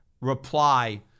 reply